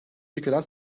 ülkeden